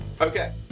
Okay